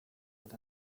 with